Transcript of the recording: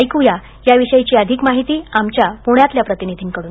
ऐकुया याविषयी अधिक माहिती आमच्या पुण्यातल्या प्रतिनिधींकडून